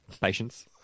patience